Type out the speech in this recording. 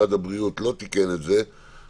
משרד הבריאות לא תיקן את זה בתקנות,